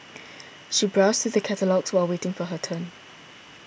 she browsed through the catalogues while waiting for her turn